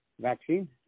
vaccine